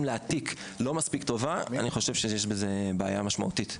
להעתיק לא מספיק טובה יש בזה בעיה משמעותית.